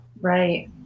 Right